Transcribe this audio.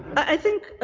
i think,